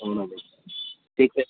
అవునండి టీకే